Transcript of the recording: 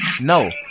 no